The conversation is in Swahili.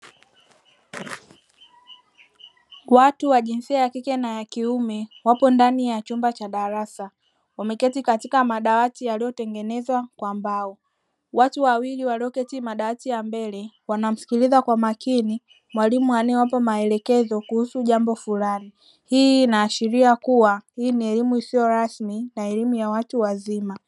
Watu wa jinsia ya kike ya kiume wapo ndani ya chumba cha darasa wameketi katika madawati yaliyotengenezwa kwa mbao. Watu wawili walioketi madawati ya mbele wanamsikiliza kwa makini mwalimu anayewapa maelekezo kuhusu jambo fulani. Hii inaashiri kuwa hii ni elimu isiyo rasmi na elimu ya watu wazima.